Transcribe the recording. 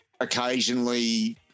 occasionally